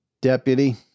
Deputy